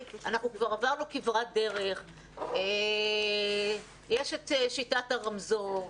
אנחנו כבר עברנו כברת דרך, יש את שיטת הרמזור.